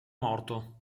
morto